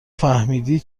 فهمیدی